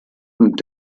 und